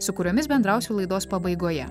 su kuriomis bendrausiu laidos pabaigoje